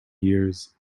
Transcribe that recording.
years